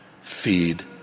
feed